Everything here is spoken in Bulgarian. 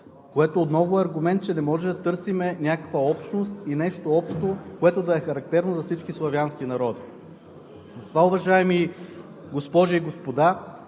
което отново е аргумент, че не можем да търсим някаква общност и нещо общо, което да е характерно за всички славянски народи.